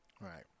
Right